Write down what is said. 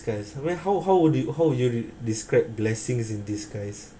disguise where how how would you how would you de~ describe blessings in disguise